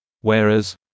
whereas